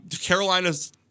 Carolina's